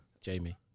Jamie